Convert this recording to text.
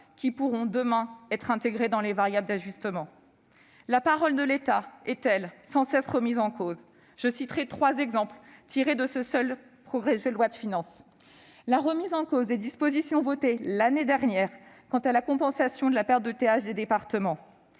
qui pourront demain faire partie des variables d'ajustement. La parole de l'État, elle, est sans cesse remise en cause. Je citerai trois exemples tirés de ce seul projet de loi de finances : la remise en cause des dispositions votées l'année dernière quant à la compensation de la perte des recettes